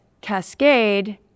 Cascade